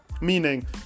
Meaning